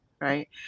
right